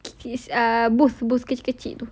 ah booth booth kecil-kecil tu